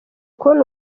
kubona